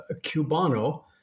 Cubano